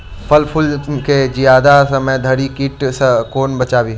फल फुल केँ जियादा समय धरि कीट सऽ कोना बचाबी?